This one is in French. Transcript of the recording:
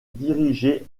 diriger